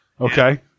Okay